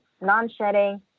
non-shedding